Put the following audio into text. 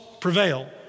prevail